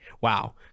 wow